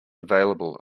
available